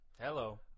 Hello